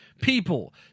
people